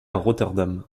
rotterdam